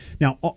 Now